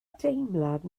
deimlad